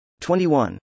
21